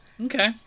Okay